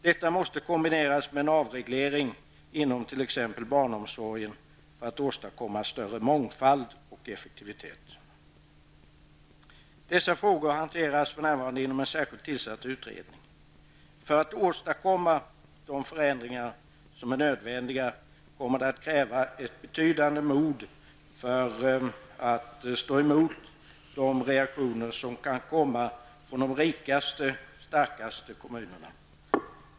Detta måste kombineras med en avreglering inom t.ex. barnomsorgen för att åstadkomma större mångfald och effektivitet. Dessa frågor hanteras för närvarande inom en särskilt tillsatt utredning. För att de förändringar som är nödvändiga skall åstadkommas, kommer det att krävas ett betydande mod att stå emot de reaktioner som kan komma från de rikaste och starkaste kommunerna.